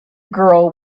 girl